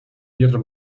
ihrer